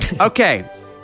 Okay